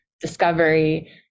discovery